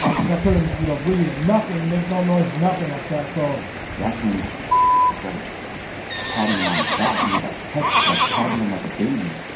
ah cause i couldn't, you know, breathe nothing, make no noise, nothing like that so that's when started patting him on the back. he was like touching, like patting him like a baby.